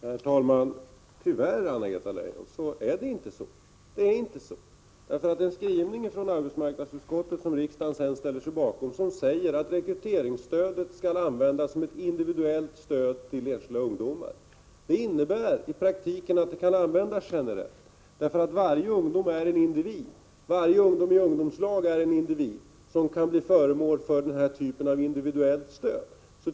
Herr talman! Tyvärr är det inte så, Anna-Greta Leijon. I arbetsmarknadsutskottets skrivning, som riksdagen sedan kommer att ställa sig bakom, sägs att rekryteringsstödet skall användas som ett individuellt stöd till enskilda ungdomar. Det innebär i praktiken att det kan användas generellt, därför att varje ung människa är en individ. Varje ung människa i ungdomslag är en individ som kan bli föremål för denna typ av individuellt stöd.